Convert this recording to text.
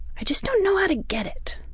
i just don't know how to get it.